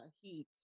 heat